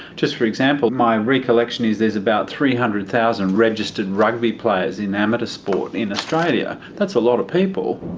just for example, my recollection is there is about three hundred thousand registered rugby players in amateur sport in australia, that's a lot of people.